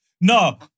no